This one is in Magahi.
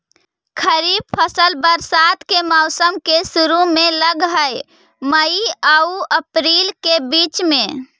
खरीफ फसल बरसात के मौसम के शुरु में लग हे, मई आऊ अपरील के बीच में